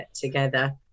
together